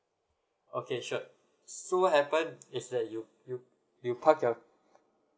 okay sure so what happen is that you you you park your